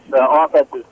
offenses